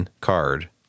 card